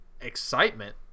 excitement